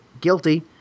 guilty